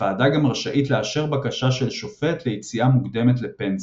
הוועדה גם רשאית לאשר בקשה של שופט ליציאה מוקדמת לפנסיה.